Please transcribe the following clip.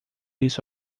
isso